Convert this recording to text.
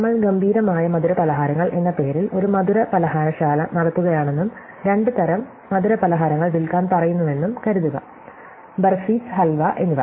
നമ്മൾ ഗംഭീരമായ മധുരപലഹാരങ്ങൾ എന്ന പേരിൽ ഒരു മധുരപലഹാരശാല നടത്തുകയാണെന്നും രണ്ട് തരം മധുരപലഹാരങ്ങൾ വിൽക്കാൻ പറയുന്നുവെന്നും കരുതുക ബാർഫിസ് ഹൽവ എന്നിവ